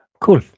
cool